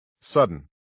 sudden